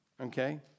Okay